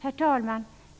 Herr talman!